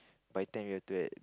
by ten we have to at